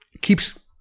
keeps